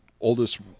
oldest